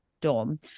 dorm